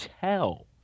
tell